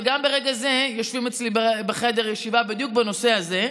וגם ברגע זה יושבים אצלי בחדר בישיבה בדיוק בנושא הזה,